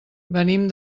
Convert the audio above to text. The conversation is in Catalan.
venim